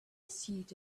suite